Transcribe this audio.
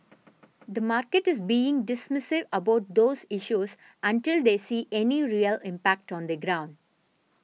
the market is being dismissive about those issues until they see any real impact on the ground